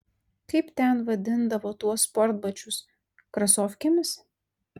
kaip ten vadindavo tuos sportbačius krasofkėmis